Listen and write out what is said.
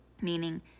Meaning